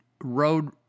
road